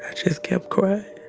just kept crying